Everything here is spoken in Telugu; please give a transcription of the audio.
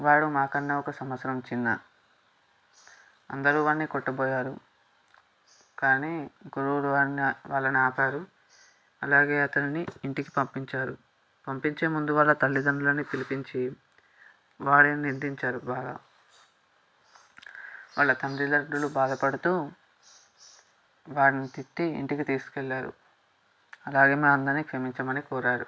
వాడు మా కన్నా ఒక సంవత్సరం చిన్న అందరూ వాన్ని కొట్టబోయారు కానీ గురువులు వాన్ని వాళ్ళని ఆపాడు అలాగే అతనిని ఇంటికి పంపించారు పంపించే ముందు వాళ్ళ తల్లిదండ్రులని పిలిపించి వాడిని నిందించారు బాగా వాళ్ళ తల్లిదండ్రులు బాధపడుతూ వాడిని తిట్టి ఇంటికి తీసుకెళ్ళారు అలాగే మా అందరినీ క్షమించమని కోరారు